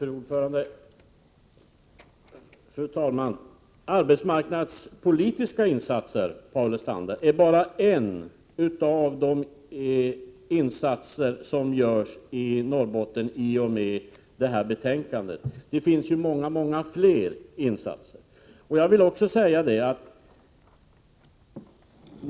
Fru talman! Arbetsmarknadspolitiska insatser, Paul Lestander, är bara en del av de insatser som görs i Norrbotten i och med detta betänkande. Det görs ju många många fler insatser.